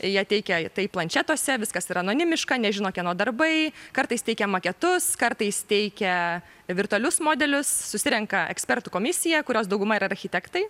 jie teikia tai planšetuose viskas yra anonimiška nežino kieno darbai kartais teikia maketus kartais teikia virtualius modelius susirenka ekspertų komisija kurios dauguma yra architektai